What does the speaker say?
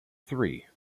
three